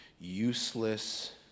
useless